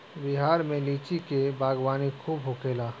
बिहार में लीची के बागवानी खूब होखेला